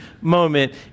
moment